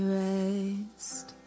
rest